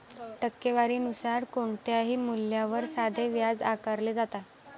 टक्केवारी नुसार कोणत्याही मूल्यावर साधे व्याज आकारले जाते